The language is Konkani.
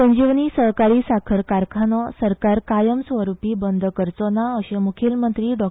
संजीवनी सहकारी साकर कारखानो सरकार कायम स्वरुपी बंद करचो ना अशें मुखेलमंत्री डॉ